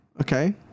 okay